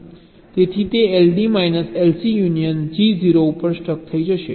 તેથી તે LD minus LC union G 0 ઉપર સ્ટક થઈ જશે